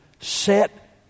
set